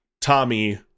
tommy